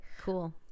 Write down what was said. Cool